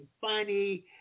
funny